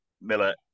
Miller